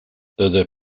their